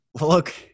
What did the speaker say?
look